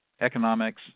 economics